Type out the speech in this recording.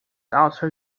also